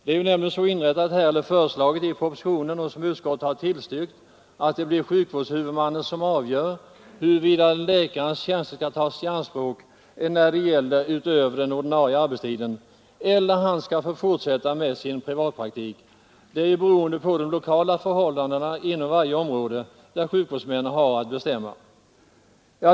I propositionen föreslås nämligen, och det har utskottet tillstyrkt, att det blir sjukvårdshuvudmännen som får avgöra huruvida läkarens tjänster skall tas i anspråk utöver den ordinarie arbetstiden eller om han skall få fortsätta med sin privatpraktik. Det kommer att bli beroende på de lokala förhållandena inom varje område där sjukvårdshuvudmannen har att bestämma.